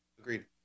agreed